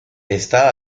está